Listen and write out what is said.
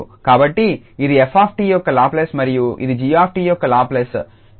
కాబట్టి ఇది f𝑡 యొక్క లాప్లేస్ మరియు ఇది 𝑔𝑡 యొక్క లాప్లేస్